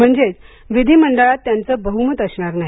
म्हणजेच विधीमंडळात त्यांचं बहुमत असणार नाही